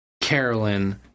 Carolyn